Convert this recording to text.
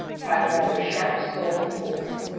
cried a rather sharp scolding voice.